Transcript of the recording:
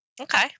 Okay